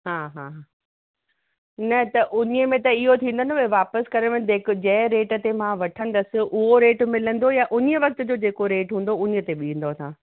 हा हा न त उन्हीअ में त इहो थींदो न वापिसि करे वठिजे जंहिं रेट ते मां वठंदसि उहो रेट मिलंदो या उन्हीअ वक्त जो जेको रेट हूंदो उन्हीअ ते ॾींदव तव्हां